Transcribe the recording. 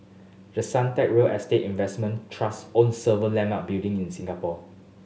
the Suntec real estate investment trust owns several landmark building in Singapore